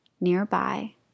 nearby